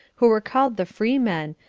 who were called the freemen,